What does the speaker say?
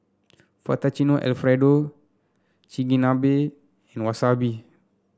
Fettuccine Alfredo Chigenabe and Wasabi